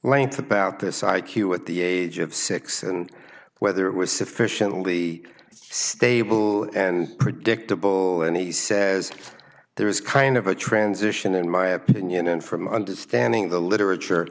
length about this i q at the age of six and whether it was sufficiently stable and predictable and he says there is kind of a transition in my opinion and from understanding the literature